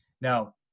Now